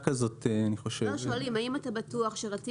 אני חושב שיש שאלה כזאת.